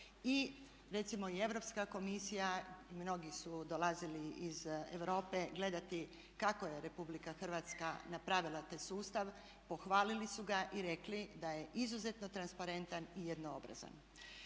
I recimo i Europska komisija i mnogi su dolazili iz Europe gledati kako je Republika Hrvatska napravila taj sustav, pohvalili su ga i rekli da je izuzetno transparentan i jednoobrazan.